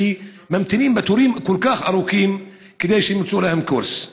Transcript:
שממתינים בתורים כל כך ארוכים כדי שימצאו להם קורס?